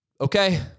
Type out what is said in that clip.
Okay